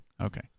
Okay